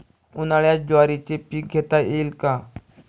उन्हाळ्यात ज्वारीचे पीक घेता येईल का?